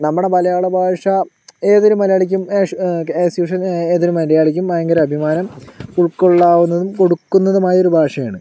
നമ്മുടെ മലയാളഭാഷ ഏതൊരു മലയാളിക്കും ആഷ് ആസ് യൂഷ്വൽ ഏതൊരു മലയാളിക്കും ഭയങ്കര അഭിമാനം ഉൾക്കൊള്ളാവുന്നതും കൊടുക്കുന്നതും ആയൊരു ഭാഷയാണ്